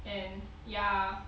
and ya